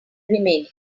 remaining